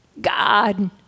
God